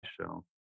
show